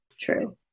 True